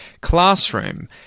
Classroom